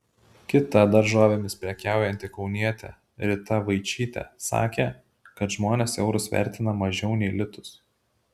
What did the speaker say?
kita daržovėmis prekiaujanti kaunietė rita vaičytė sakė kad žmonės eurus vertina mažiau nei litus